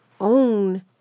own